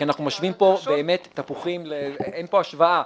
כי אנחנו משווים פה תפוחים אין פה השוואה.